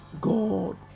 God